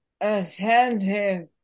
attentive